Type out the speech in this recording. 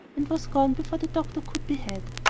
and was gone before the doctor could be had.